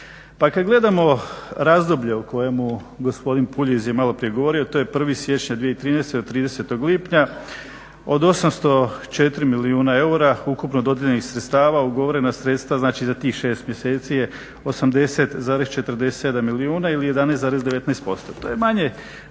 Pa kad gledamo razdoblje o kojem gospodin Puljiz je maloprije govorio, to je 01. siječanj 2013. do 30. lipnja, od 804 milijuna eura ukupno dodijeljenih sredstava, ugovorena sredstva, znači za tih 6 mjeseci je 80,47 milijuna ili 11,19%. To je manje važno,